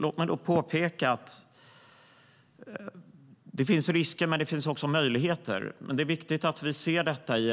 Låt mig påpeka att det finns risker men att det också finns möjligheter. Det är viktigt att vi ser detta i